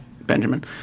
Benjamin